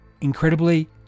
Incredibly